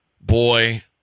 boy